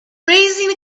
raising